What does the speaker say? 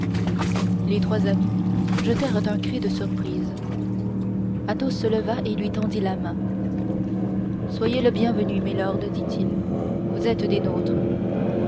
les trois amis jetèrent un cri de surprise athos se leva et lui tendit la main soyez le bienvenu milord dit-il vous êtes des nôtres